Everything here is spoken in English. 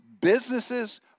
businesses